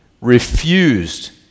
refused